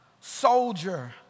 soldier